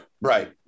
right